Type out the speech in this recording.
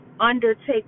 undertake